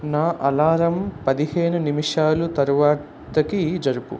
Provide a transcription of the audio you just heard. నా అలారం పదిహేను నిముషాలు తరవాతకి జరుపు